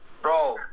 Bro